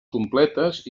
completes